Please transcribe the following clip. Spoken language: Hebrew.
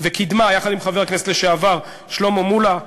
וקידמה, יחד עם חבר הכנסת לשעבר שלמה מולה,